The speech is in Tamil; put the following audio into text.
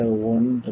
இந்த ஒன்று